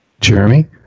jeremy